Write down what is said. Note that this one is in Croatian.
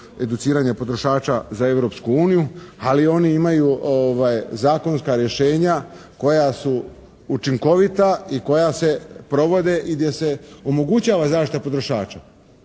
educiranja potrošača za Europsku uniju, ali oni imaju zakonska rješenja koja su učinkovita i koja se provode i gdje se omogućava zaštita potrošača.